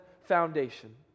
foundation